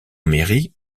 mairie